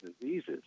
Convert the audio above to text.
diseases